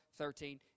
13